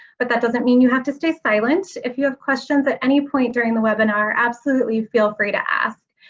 but that doesn't mean you have to stay silent. if you have questions at any point during the webinar, absolutely feel free to ask.